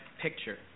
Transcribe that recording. picture